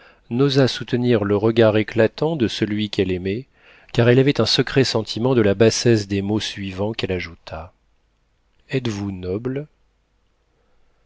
n'osa soutenir le regard éclatant de celui qu'elle aimait car elle avait un secret sentiment de la bassesse des mots suivants qu'elle ajouta êtes-vous noble